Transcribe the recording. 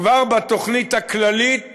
כבר בתוכנית הכללית